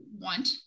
want